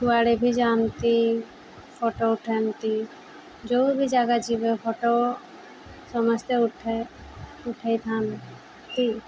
କୁଆଡ଼େ ବି ଯାଆନ୍ତି ଫଟୋ ଉଠାନ୍ତି ଯେଉଁ ବି ଜାଗା ଯିବେ ଫଟୋ ସମସ୍ତେ ଉଠାଇ ଉଠାଇଥାନ୍ତି